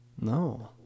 no